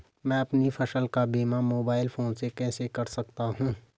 मैं अपनी फसल का बीमा मोबाइल फोन से कैसे कर सकता हूँ?